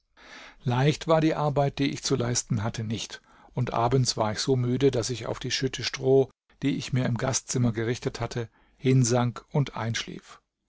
leicht war die arbeit die ich zu leisten hatte nicht und abends war ich so müde daß ich auf die schütte stroh die ich mir im gastzimmer gerichtet hatte hinsank und einschlief